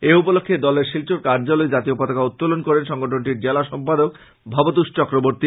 এ উপলক্ষ্যে দলের শিলচর কার্যালয়ে জাতীয় পতাকা উত্তোলন করেন সংগঠনটির জেলা সম্পাদক ভবতোষ চক্রবর্তী